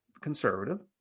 conservative